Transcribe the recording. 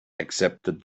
accepted